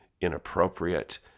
inappropriate